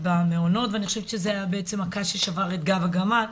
במעונות ואני חושבת שזה בעצם היה הקש ששבר את גב הגמל,